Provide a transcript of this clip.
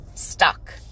stuck